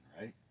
Right